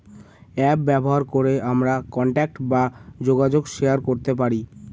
app ব্যবহার করে আমরা কন্টাক্ট বা যোগাযোগ শেয়ার করতে পারি